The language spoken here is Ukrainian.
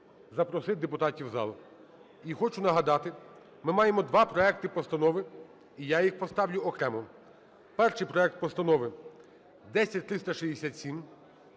запросити депутатів в зал. І хочу нагадати, ми маємо два проекти постанови, і я їх поставлю окремо. Перший проект постанови - 10367,